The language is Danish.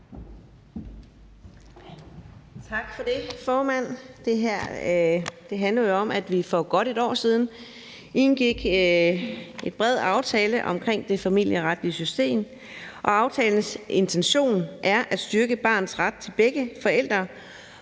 Tak for det, formand. Det her handler jo om, at vi for godt et år siden indgik en bred aftale omkring det familieretlige system, og aftalens intention er at styrke barnets ret til begge forældre